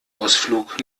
ausflug